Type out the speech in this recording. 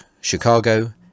Chicago